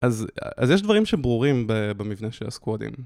אז יש דברים שברורים במבנה של הסקוואדים